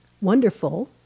wonderful